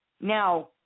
Now